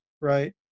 right